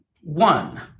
one